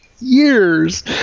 years